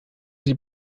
sie